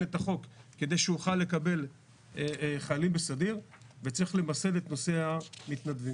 את החוק כדי שנוכל לקבל חיילים בסדיר ולמסד את נושא המתנדבים.